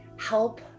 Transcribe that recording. help